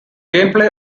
gameplay